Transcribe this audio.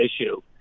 issue